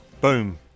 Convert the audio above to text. Boom